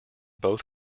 both